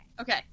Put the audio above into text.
Okay